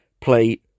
play